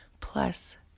plus